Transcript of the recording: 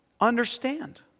understand